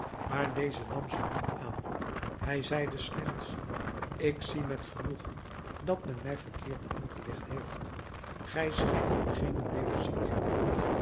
maar deze nam ze niet aan hij zeide slechts ik zie met genoegen dat men mij verkeerd ingelicht heeft gij schijnt in geenen deele ziek